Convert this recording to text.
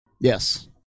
Yes